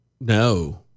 No